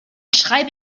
schreibe